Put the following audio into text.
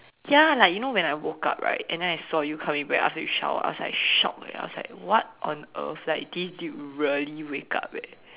ya like you know when I woke up right and then I saw you coming back after you shower I was like shocked eh I was like what on earth like this dude really wake up eh